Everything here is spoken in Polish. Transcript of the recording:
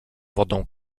wodą